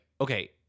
okay